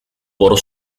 por